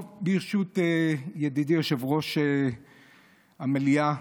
ברשות ידידי יושב-ראש המליאה,